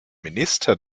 minister